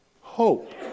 hope